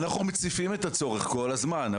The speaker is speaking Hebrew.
אנחנו מציפים את הצורך כל הזמן,